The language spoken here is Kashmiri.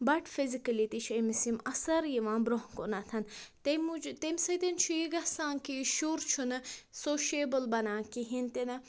بَٹ فِزِکٔلی تہِ چھِ أمِس یِم اثر یِوان برٛونٛہہ کُنَتھ تَمۍ موٗجوٗب تَمۍ سۭتۍ چھُ یہِ گژھان کہ یہِ شُر چھُنہٕ سوشیبٕل بنان کِہیٖنۍ تِنہٕ